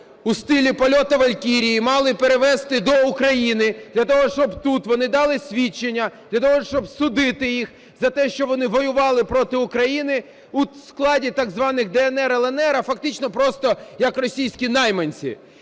у стилі "полета валькирий" мали перевести до України для того, щоб тут вони дали свідчення для того, щоб судити їх за те, що вони воювали проти України у складі так званих "ДНР", "ЛНР", а фактично просто як російські найманці.